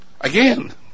Again